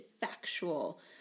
factual